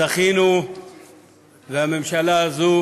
זכינו והממשלה הזאת